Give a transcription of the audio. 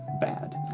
bad